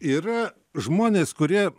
yra žmonės kurie